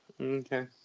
Okay